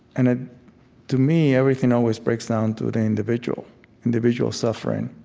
and ah to me, everything always breaks down to the individual individual suffering,